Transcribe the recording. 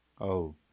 Oh